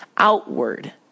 outward